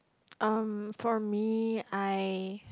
um for me I